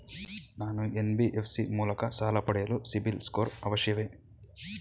ನಾನು ಎನ್.ಬಿ.ಎಫ್.ಸಿ ಮೂಲಕ ಸಾಲ ಪಡೆಯಲು ಸಿಬಿಲ್ ಸ್ಕೋರ್ ಅವಶ್ಯವೇ?